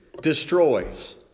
destroys